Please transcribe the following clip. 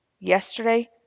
Yesterday